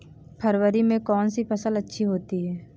फरवरी में कौन सी फ़सल अच्छी होती है?